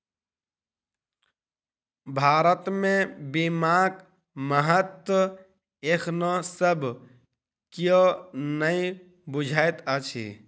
भारत मे बीमाक महत्व एखनो सब कियो नै बुझैत अछि